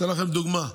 אני אתן לכם דוגמה.